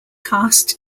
cast